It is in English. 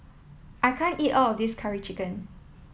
I can't eat all of this curry chicken